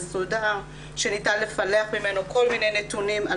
מסודר שניתן לפלח ממנו כל מיני נתונים על